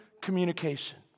communication